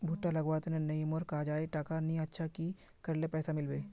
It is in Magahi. भुट्टा लगवार तने नई मोर काजाए टका नि अच्छा की करले पैसा मिलबे?